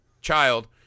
child